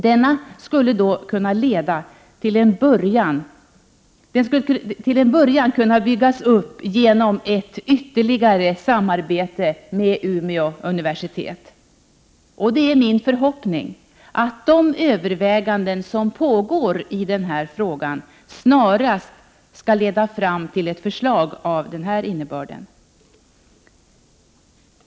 Denna skulle till en början kunna byggas upp genom ett ytterligare samarbete med Umeå universitet. Det är min förhoppning att de överväganden som pågår i denna fråga snarast skall leda fram till ett förslag av den innebörden.